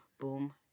Boom